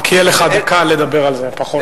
רק תהיה לך דקה לדבר על זה, ואפילו פחות.